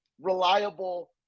reliable